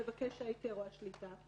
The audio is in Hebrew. מבקש ההיתר או השליטה,